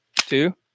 two